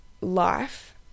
life